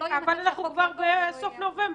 אבל אנחנו כבר בסוף נובמבר,